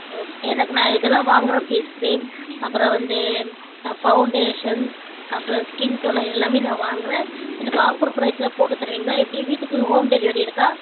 okay எனக்கு நான் இதெல்லாம் வாங்குகிறேன் ஃபேஸ் க்ரீம் அப்புறம் வந்து ஃபவுண்டேஷன் அப்றம் ஸ்கின் டோனர் எல்லாம் நான் வாங்குகிறேன் எனக்கு ஆஃபர் ப்ரைஸில் போட்டு தருவீங்களா எப்படி வீட்டுக்கு ஹோம் டெலிவெரி இருக்கா